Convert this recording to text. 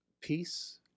peace